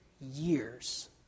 years